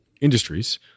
industries